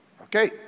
Okay